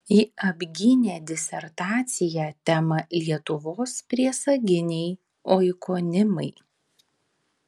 ji apgynė disertaciją tema lietuvos priesaginiai oikonimai